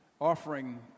offering